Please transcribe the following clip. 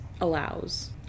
allows